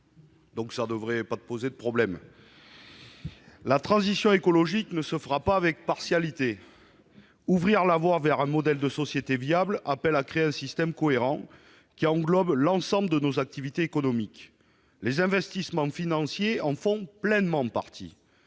qui ne devraient pas poser de problème ! La transition écologique ne se fera pas avec partiellement. Ouvrir la voie vers un modèle de société viable appelle à créer un système cohérent qui englobe l'ensemble de nos activités économiques. Les investissements financiers en font pleinement partie